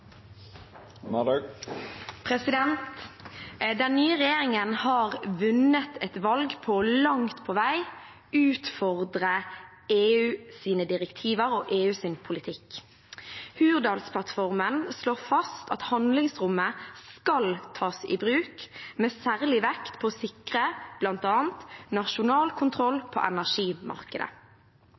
Den nye regjeringen har vunnet et valg som langt på vei utfordrer EUs direktiver og EUs politikk. Hurdalsplattformen slår fast at handlingsrommet skal tas i bruk med særlig vekt på å sikre bl.a. nasjonal kontroll på energimarkedet.